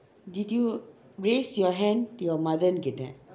did you raise your hand to your mother கேட்டேன்:kaetaen